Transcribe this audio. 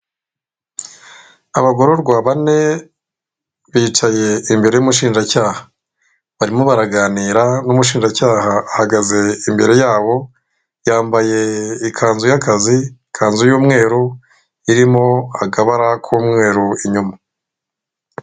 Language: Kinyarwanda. Abagororwa bane bicaye imbere y'umushinjacyaha, barimo baraganira n'umushinjacyaha ahagaze imbere yabo. Yambaye ikanzu y'akazi, ikanzuy'umweru irimo akabara k'umweru inyuma.